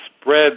spread